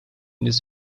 this